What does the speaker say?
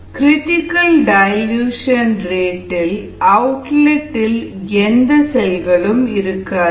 critical dilution rate இல் outlet இல் எந்த செல்களும் இருக்காது